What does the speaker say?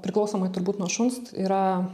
priklausomai turbūt nuo šuns yra